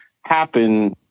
happen